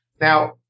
Now